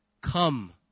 Come